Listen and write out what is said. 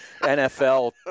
NFL